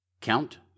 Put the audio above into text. COUNT